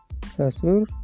Sasur